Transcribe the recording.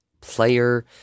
player